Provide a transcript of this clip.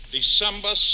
December